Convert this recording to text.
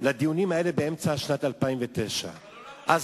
לדיונים האלה באמצע שנת 2009. אבל,